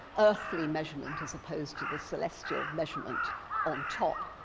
earthly measurement as opposed to the celestial measurement on top.